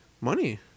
money